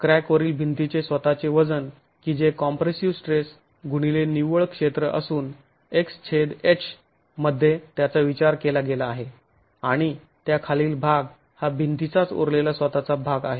crack वरील भिंतीचे स्वतःचे वजन की जे कॉम्प्रेसिव स्ट्रेस गुणिले निव्वळ क्षेत्र असून xh मध्ये त्याचा विचार केला गेला आहे आणि त्या खालील भाग हा भिंतीचाच उरलेला स्वतःचा भाग आहे